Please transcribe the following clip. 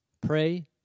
pray